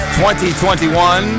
2021